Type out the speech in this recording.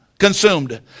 consumed